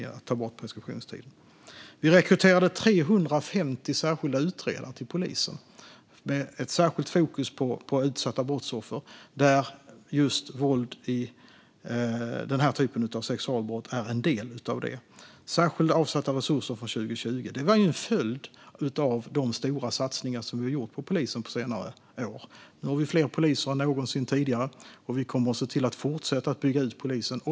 Vi har rekryterat 350 särskilda utredare till polisen med särskilt fokus på utsatta brottsoffer, där denna typ av sexualbrott är en del. De särskilda avsatta resurserna 2020 var en följd av de stora satsningar som vi gjort på polisen på senare år. Vi har fler poliser nu än någonsin tidigare, och vi kommer att se till att polisen fortsätter att byggas ut.